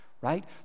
right